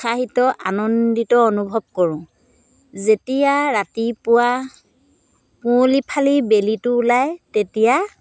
উৎসাহিত আনন্দিত অনুভৱ কৰোঁ যেতিয়া ৰাতিপুৱা কুঁৱলী ফালি বেলিটো ওলায় তেতিয়া